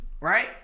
Right